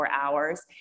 hours